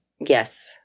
Yes